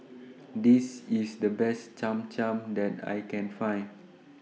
This IS The Best Cham Cham that I Can Find